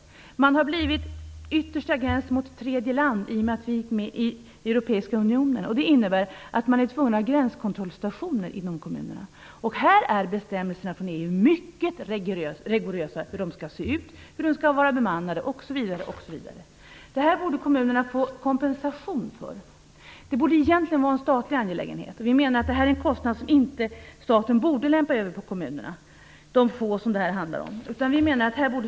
I och med att vi gick med i Europeiska unionen har de blivit yttersta gräns mot tredje land. Det innebär att de kommunerna är tvungna att ha gränskontrollstationer. Här är bestämmelserna från EU mycket rigorösa. Det gäller hur gränskontrollstationerna skall se ut, hur de skall vara bemannade, osv. Kommunerna borde få kompensation för det. Det borde egentligen vara en statlig angelägenhet. Detta är en kostnad som staten inte borde lämpa över på de få kommuner det gäller.